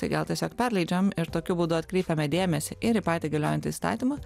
tai gal tiesiog perleidžiam ir tokiu būdu atkreipiame dėmesį ir į patį galiojantį įstatymą